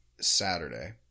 Saturday